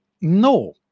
no